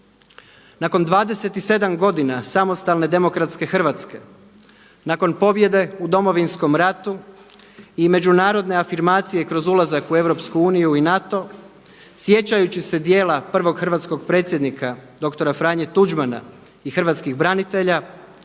Nakon 27 godina samostalne demokratske Hrvatske, nakon pobjede u Domovinskom ratu i međunarodne afirmacije kroz ulazak u EU i NATO, sjećajući se djela prvog hrvatskog predsjednika dr. Franje Tuđmana i hrvatskih branitelja,